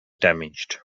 damaged